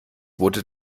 wurde